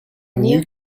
new